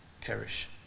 perish